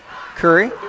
Curry